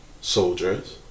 soldiers